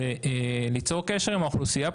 וליצור קשר עם האוכלוסייה,